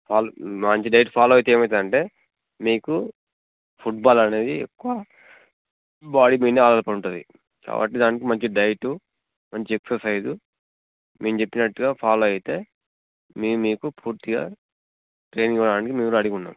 follow మంచి diet follow అయితే ఏమైయితుంది అంటే నీకు ఫుట్బాల్ అనేది ఎక్కువ బాడి మీద ఆధారపడి ఉంటది కాబట్టి దానికి మంచి డైటు మంచి ఎక్ససైజు మేము చెప్పినట్టుగా ఫాలో అయితే మేము మీకు పూర్తిగా ట్రైనింగ్ ఇవ్వడానికి మేము రెడీగా ఉన్నాం